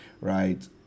right